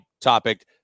topic